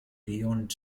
beyond